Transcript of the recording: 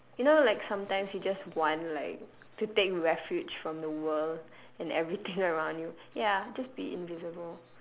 you know like sometimes you just want like to take refuge from the world and everything around you ya just be invisible